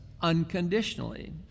unconditionally